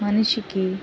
మనిషికి